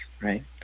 right